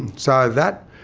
so, that,